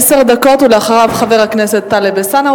עשר דקות, ואחריו, חבר הכנסת טלב אלסאנע.